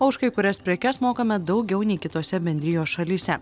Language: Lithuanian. o už kai kurias prekes mokame daugiau nei kitose bendrijos šalyse